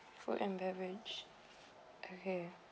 food and beverage okay